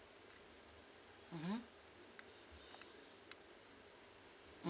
mmhmm mm